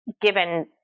given